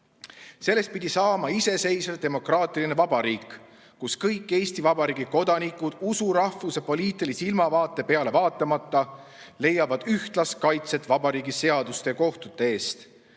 Sellest pidi saama iseseisev demokraatiline vabariik, kus kõik Eesti Vabariigi kodanikud, usu, rahvuse ja poliitilise ilmavaate peale vaatamata, leiavad ühtlast kaitset vabariigi seaduste ja kohtute ees,